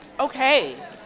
Okay